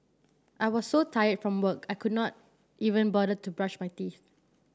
I was so tired from work I could not even bother to brush my teeth